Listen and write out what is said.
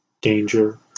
Danger